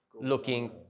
looking